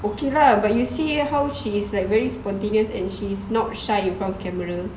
okay lah but you see how she is like very spontaneous and she's not shy in front of camera